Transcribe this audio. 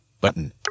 Button